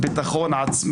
בעיקר בגלל הדגל הפלסטיני,